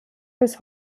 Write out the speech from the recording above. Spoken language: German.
bis